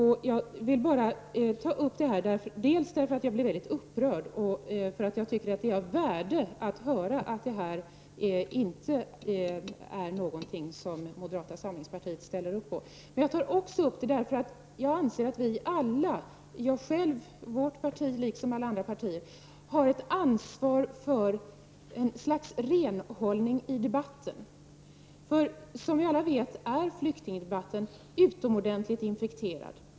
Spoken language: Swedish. Jag tar upp det här därför att jag blir mycket upprörd, och jag tycker att det är av värde att höra att det inte är någonting som moderata samlingspartiet ställer sig bakom. Jag tar också upp detta för att jag anser att vi alla, jag själv, mitt parti, liksom alla andra partier, har ett ansvar för en slags renhållning i debatten. Som alla vet är flyktingdebatten utomordentligt infekterad.